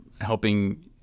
helping